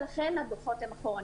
ולכן הדוחות הם אחורנית.